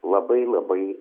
labai labai